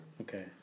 Okay